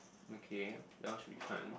okay that one should be fine